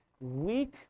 Weak